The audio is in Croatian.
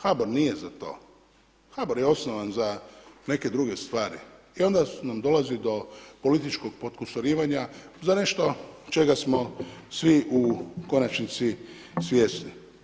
HABOR nije za to, HABOR je osnovan za neke druge stvari i onda nam dolazi do političkog potkusurivanja za nešto čega smo svi u konačnosti svjesni.